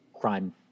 crime